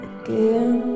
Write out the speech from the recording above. again